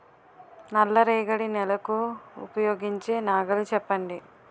నల్ల రేగడి నెలకు ఉపయోగించే నాగలి చెప్పండి?